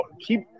keep